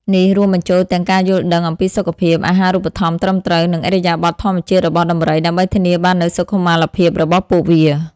នេះរួមបញ្ចូលទាំងការយល់ដឹងអំពីសុខភាព អាហារូបត្ថម្ភត្រឹមត្រូវ និងឥរិយាបថធម្មជាតិរបស់ដំរី ដើម្បីធានាបាននូវសុខុមាលភាពរបស់ពួកវា។